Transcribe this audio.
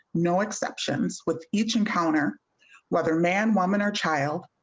no exceptions with each encounter whether man woman or child.